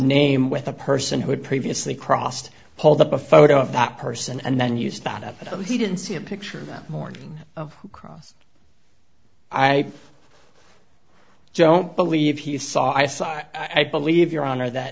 name with a person who had previously crossed pulled up a photo of that person and then used that he didn't see a picture that morning of cross i don't believe he saw i saw i believe your honor that